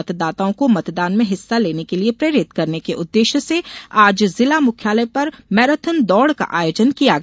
मतदाताओं को मतदान में हिस्सा लेने के लिये प्रेरित करने के उददेश्य से आज जिला मुख्यालय पर मैराथन दौड़ का आयोजन किया गया